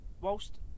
whilst